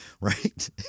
right